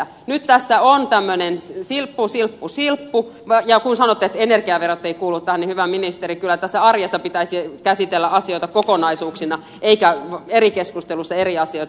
nyt tässä on tämmöinen silppu silppu silppu ja kun sanotte että energiaverot eivät kuulu tähän niin hyvä ministeri kyllä tässä arjessa pitäisi käsitellä asioita kokonaisuuksina eikä eri keskustelussa eri asioita